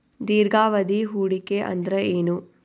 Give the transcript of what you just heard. ದೀರ್ಘಾವಧಿ ಹೂಡಿಕೆ ಅಂದ್ರ ಏನು?